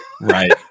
Right